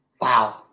Wow